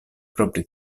propri